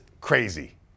crazy